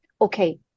Okay